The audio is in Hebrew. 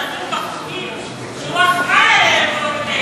שאפילו החוקים שהוא אחראי להם,